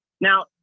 Now